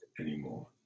anymore